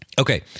Okay